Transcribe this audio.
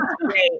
great